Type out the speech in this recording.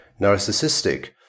narcissistic